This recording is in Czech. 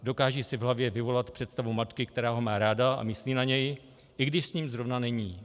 Dokáže si v hlavě vyvolat představu matky, která ho má ráda a myslí na něj, i když s ním zrovna není.